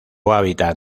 hábitat